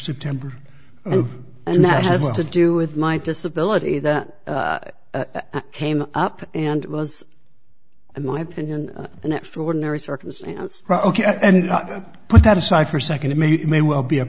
september and that has to do with my disability that came up and it was in my opinion an extraordinary circumstance ok and put that aside for a second it may may well be